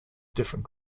different